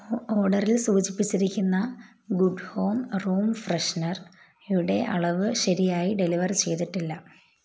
ഓർഡറിൽ സൂചിപ്പിച്ചിരിക്കുന്ന good home room freshener യുടെ അളവ് ശരിയായി ഡെലിവർ ചെയ്തിട്ടില്ല